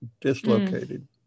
dislocated